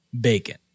Bacon